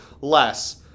less